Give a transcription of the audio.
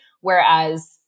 Whereas